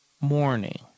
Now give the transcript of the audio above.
morning